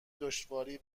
دشواری